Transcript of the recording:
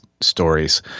stories